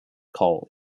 call